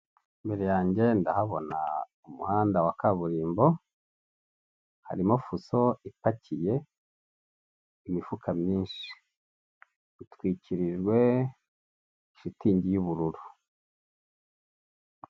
Imbere yange ndahabona umuhanda wa kaburimbo harimo fuso ipakiye imifuka myinshi itwikirijwe shitingi y'ubururu.